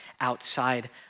outside